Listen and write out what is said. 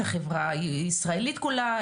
החברה הישראלית כולה,